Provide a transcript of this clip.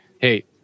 Hey